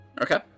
Okay